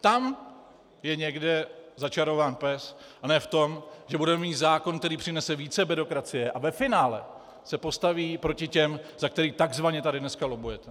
Tam je někde začarován pes a ne v tom, že budeme mít zákon, který přinese více byrokracie a ve finále se postaví proti těm, za které takzvaně tady dneska lobbujete.